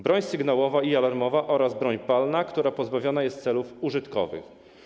Broń sygnałowa i alarmowa oraz broń palna, która pozbawiona jest celów użytkowych.